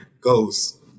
goes